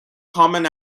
common